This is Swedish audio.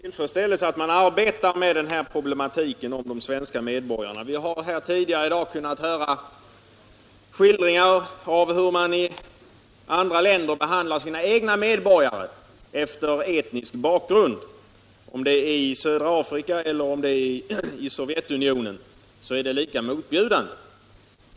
Herr talman! Jag noterar med tillfredsställelse att man arbetar med den här problematiken om diskriminering av svenska medborgare. Vi har tidigare i dag kunnat höra skildringar av hur man i andra länder behandlar sina egna medborgare efter etnisk bakgrund. Oavsett om det är i södra Afrika eller i Sovjetunionen så är det lika motbjudande.